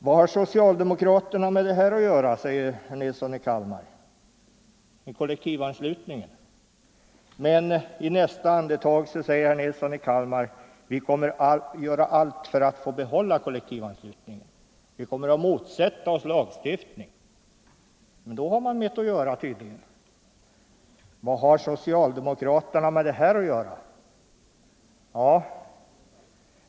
Vad har socialdemokraterna med kollektivanslutningen att göra, frågar herr Nilsson i Kalmar. Men i nästa andetag säger han: Vi kommer att göra allt för att få behålla kollektivanslutningen, vi kommer att motsätta oss lagstiftning. — Då har man tydligen med saken att göra. Vad har socialdemokraterna med det här att göra?